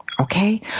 Okay